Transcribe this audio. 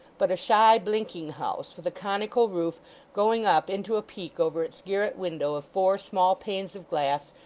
but a shy, blinking house, with a conical roof going up into a peak over its garret window of four small panes of glass,